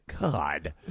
God